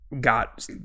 got